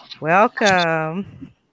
Welcome